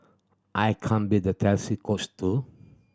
I can be the Chelsea Coach too